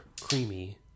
creamy